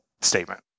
statement